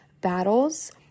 battles